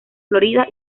florida